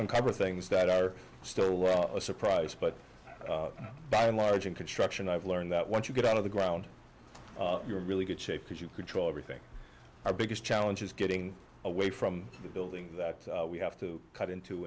uncover things that are still a surprise but by and large in construction i've learned that once you get out of the ground you're really good shape because you control everything our biggest challenge is getting away from the building that we have to cut into